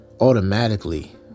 automatically